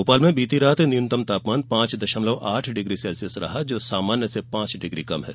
भोपाल में रात का न्यूनतम तापमान पांच दशमलव आठ डिग्री सेल्सियस रहा जो सामान्य से पांच डिग्री कम है